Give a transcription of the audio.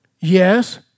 Yes